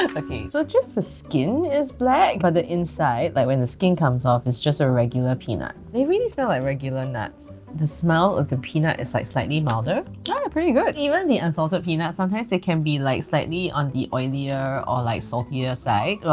ah okay! so just the skin is black but the inside like when the skin comes off it's just a regular peanut. they really smell like regular nuts. the smell of the peanut is like slightly milder. yeah and pretty good. even the unsalted peanut sometimes it can be slightly on the oilier or like saltier side,